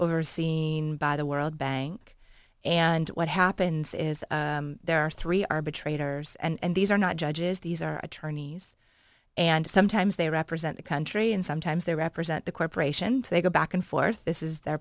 overseen by the world bank and what happens is there are three arbitrators and these are not judges these are attorneys and sometimes they represent the country and sometimes they represent the corporation and they go back and forth this is their